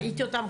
ראיתי אותם,